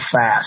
fast